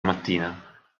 mattina